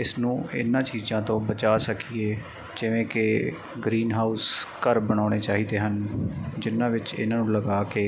ਇਸ ਨੂੰ ਇਹਨਾਂ ਚੀਜ਼ਾਂ ਤੋਂ ਬਚਾ ਸਕੀਏ ਜਿਵੇਂ ਕਿ ਗਰੀਨ ਹਾਊਸ ਘਰ ਬਣਾਉਣੇ ਚਾਹੀਦੇ ਹਨ ਜਿਨਾਂ ਵਿੱਚ ਇਹਨਾਂ ਨੂੰ ਲਗਾ ਕੇ